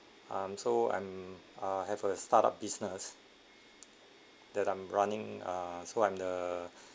um so I'm ah have a start up business that I'm running uh so I'm the